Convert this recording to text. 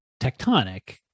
tectonic